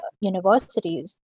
universities